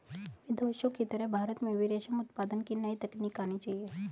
विदेशों की तरह भारत में भी रेशम उत्पादन की नई तकनीक आनी चाहिए